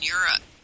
Europe